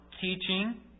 teaching